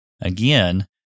Again